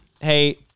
hey